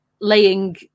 laying